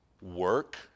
work